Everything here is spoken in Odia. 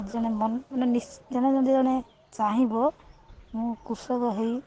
ଜଣେ ମନ ମାନେ ଜଣେ ଯଦି ଜଣେ ଚାହିଁବ ମୁଁ କୃଷକ ହେଇ